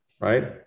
right